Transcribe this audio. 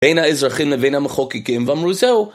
בין האזרחים לבין המחוקקים, ואמרו זהו.